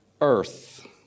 earth